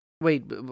wait